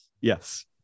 Yes